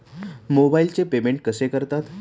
मोबाइलचे पेमेंट कसे करतात?